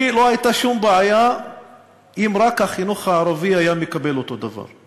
לי לא הייתה שום בעיה אם החינוך הערבי היה מקבל אותו דבר,